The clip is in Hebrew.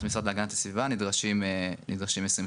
המשרד להגנת הסביבה נדרשים 20 תקנים.